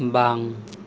ᱵᱟᱝ